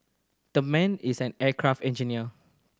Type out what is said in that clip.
the man is an aircraft engineer